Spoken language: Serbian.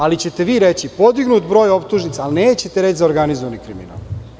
Ali, vi ćete reći – podignut broj optužnica, a nećete reći za organizovan kriminal.